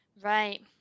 Right